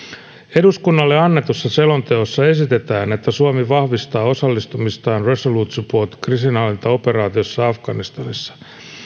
eduskunnalle annetussa selonteossa esitetään että suomi vahvistaa osallistumistaan resolute support kriisinhallintaoperaatiossa afganistanissa